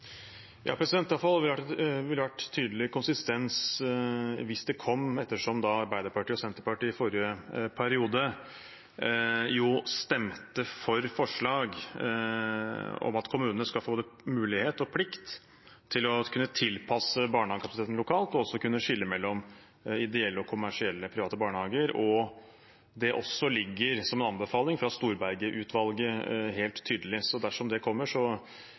ville vært en tydelig konsistens hvis det kom, ettersom Arbeiderpartiet og Senterpartiet i forrige periode stemte for forslag om at kommunene skal få mulighet og plikt til å kunne tilpasse barnehagekapasiteten lokalt og til å kunne skille mellom ideelle og kommersielle private barnehager. Det ligger også som en helt tydelig anbefaling fra Storberget-utvalget. Så dersom det kommer,